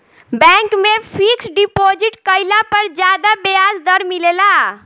bank में fixed deposit कईला पर ज्यादा ब्याज दर मिलेला